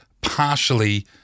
partially